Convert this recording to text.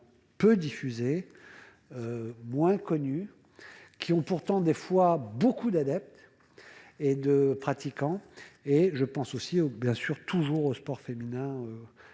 peu diffusés, moins connus, qui ont pourtant, parfois, beaucoup d'adeptes et de pratiquants. Et je pense évidemment aussi au sport féminin.